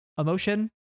Emotion